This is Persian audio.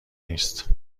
نیست